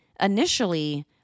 Initially